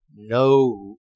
no